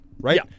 Right